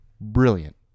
Brilliant